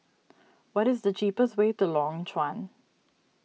what is the cheapest way to Lorong Chuan